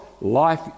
life